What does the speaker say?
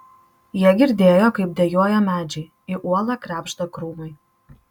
jie girdėjo kaip dejuoja medžiai į uolą krebžda krūmai